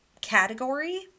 category